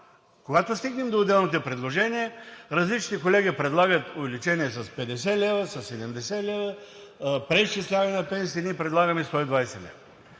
когато стигнем до отделните предложения, различни колеги предлагат увеличение с 50 лв., със 70 лв., преизчисляване на пенсиите. Ние предлагаме 120 лв.